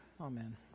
Amen